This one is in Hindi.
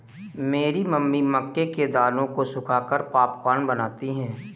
मेरी मम्मी मक्के के दानों को सुखाकर पॉपकॉर्न बनाती हैं